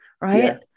right